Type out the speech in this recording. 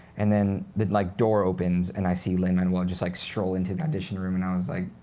and then the like door opens, and i see lin-manuel just like stroll into the audition room. and i was like